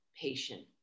patient